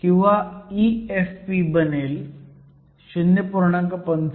किंवा EFp बनेल 0